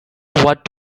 what